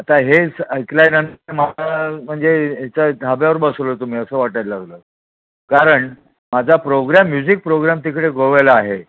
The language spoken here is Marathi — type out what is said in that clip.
आता हेच ऐकल्यानंतर मला म्हणजे याच्या धाब्यावर बसवलं तुम्ही असं वाटायला लागलं कारण माझा प्रोग्रॅम म्युझिक प्रोग्राम तिकडे गोव्याला आहे